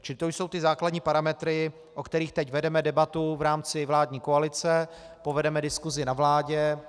Čili to jsou ty základní parametry, o kterých teď vedeme debatu v rámci vládní koalice, povedeme diskusi na vládě.